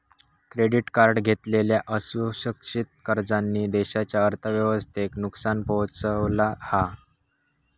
credit card घेतलेल्या असुरक्षित कर्जांनी देशाच्या अर्थव्यवस्थेक नुकसान पोहचवला हा